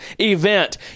event